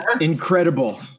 incredible